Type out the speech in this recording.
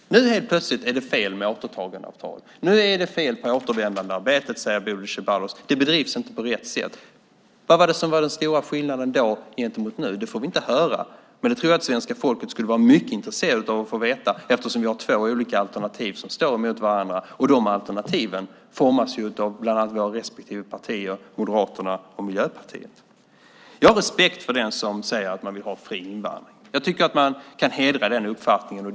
Nu helt plötsligt är det fel med återtagandeavtal. Nu är det fel på återvändandearbetet, säger Bodil Ceballos. Det bedrivs inte på rätt sätt. Vad var den stora skillnaden då gentemot nu? Det får vi inte höra. Det tror jag att svenska folket skulle vara mycket intresserat av att få veta, eftersom vi har två olika alternativ som står mot varandra. De alternativen formas bland annat av våra respektive partier, Moderaterna och Miljöpartiet. Jag har respekt för den som säger att man vill ha fri invandring. Jag tycker att man kan diskutera den uppfattningen.